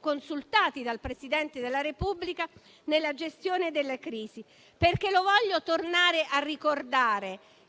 consultati dal Presidente della Repubblica nella gestione delle crisi. Vorrei infatti tornare a ricordare